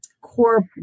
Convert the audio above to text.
core